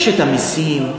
יש המסים,